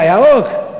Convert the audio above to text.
אתה ירוק,